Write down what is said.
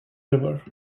river